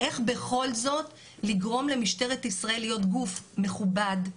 איך בכל זאת לגרום למשטרת ישראל להיות גוף מכובד,